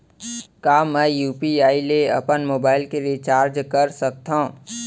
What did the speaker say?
का मैं यू.पी.आई ले अपन मोबाइल के रिचार्ज कर सकथव?